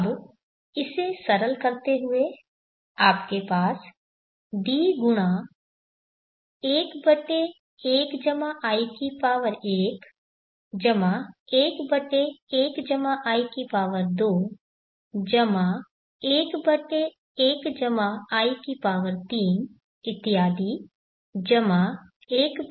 अब इसे सरल करते हुए आपके पास D11i1 11i2 11i3 इत्यादि 11in है